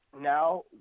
now